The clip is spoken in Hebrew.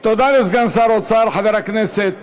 תודה לסגן שר האוצר חבר הכנסת